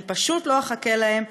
אני פשוט לא אחכה להם,